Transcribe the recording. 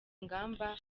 ingamba